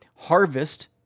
harvest